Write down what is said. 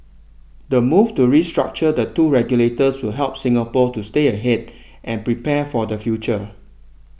the move to restructure the two regulators that will help Singapore to stay ahead and prepare for the future